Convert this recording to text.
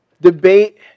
debate